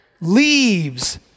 leaves